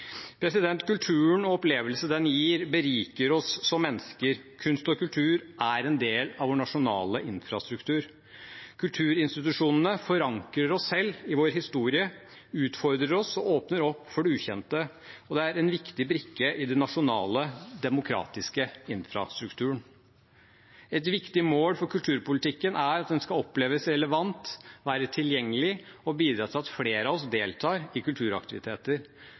Kulturen og opplevelse den gir, beriker oss som mennesker. Kunst og kultur er en del av vår nasjonale infrastruktur. Kulturinstitusjonene forankrer oss i vår historie, utfordrer oss og åpner opp for det ukjente, og det er en viktig brikke i den nasjonale demokratiske infrastrukturen. Et viktig mål for kulturpolitikken er at den skal oppleves relevant, være tilgjengelig og bidra til at flere av oss deltar i kulturaktiviteter.